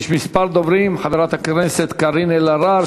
יש כמה דוברים: חברת הכנסת קארין אלהרר,